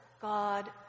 God